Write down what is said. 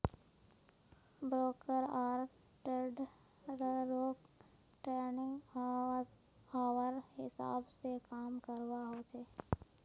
broker आर ट्रेडररोक trading hour हिसाब से काम करवा होचे